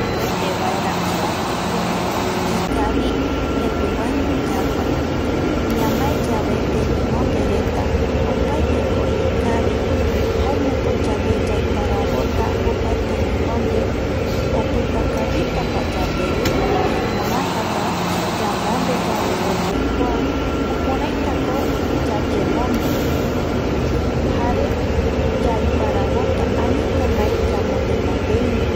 Yayemboetevaera mbaetiko ikavi jepivaño yagua, ñamaeyave temimondereta opaeteko ikavi jaeñoko yande yaiparavota jokua temimonde opita kavita pa yandere iporata pa yamondeyave oyekua jukuraitako yayemonde. jare yaiparavota anita yamonde mondeiño.